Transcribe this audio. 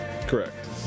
correct